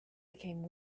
became